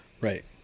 Right